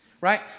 right